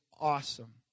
Awesome